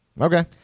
Okay